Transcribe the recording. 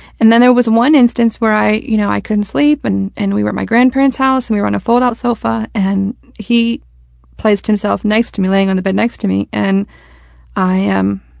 and then there was one instance where i, you know, i couldn't sleep, and and we were at my grandparents' house and we were on a fold-out sofa, and he placed himself next to me, laying on the bed next to me, and i, um,